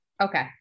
Okay